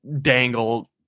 dangle